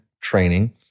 training